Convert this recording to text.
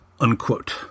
unquote